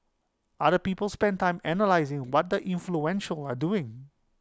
other people spend time analysing what the influential are doing